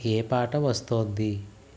ఏ పాట వస్తోంది